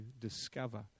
discover